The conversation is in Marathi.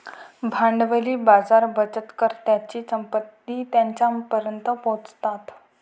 भांडवली बाजार बचतकर्त्यांची संपत्ती त्यांच्यापर्यंत पोहोचवतात